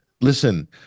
listen